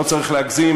לא צריך להגזים,